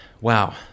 Wow